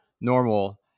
normal